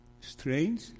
strange